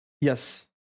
yes